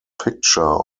picture